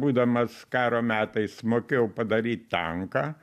būdamas karo metais mokėjau padaryt tanką